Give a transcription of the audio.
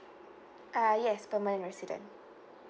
uh yes permanent resident